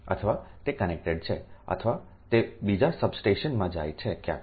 અથવા તે કનેક્ટેડ છે અથવા તે બીજા સબસ્ટેશનમાં જાય છે ક્યાંક